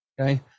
okay